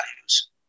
values